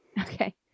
Okay